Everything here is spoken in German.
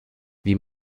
wie